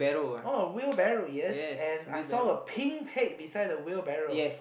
oh wheelbarrow yes and I saw a pink pig beside the wheelbarrow